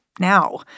Now